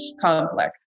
conflict